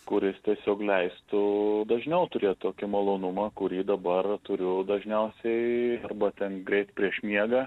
kuris tiesiog leistų dažniau turėt tokį malonumą kurį dabar turiu dažniausiai arba ten greit prieš miegą